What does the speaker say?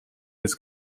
his